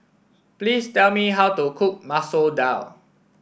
please tell me how to cook Masoor Dal